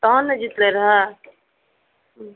तहन ने जीतले रहै